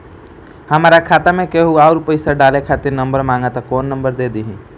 हमार खाता मे केहु आउर पैसा डाले खातिर नंबर मांगत् बा कौन नंबर दे दिही?